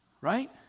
Right